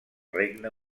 regne